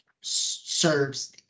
serves